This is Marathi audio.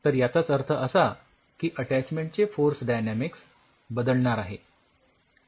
तर याचाच अर्थ असा की अटॅचमेंट चे फोर्स डायनॅमिक्स बदलणार आहे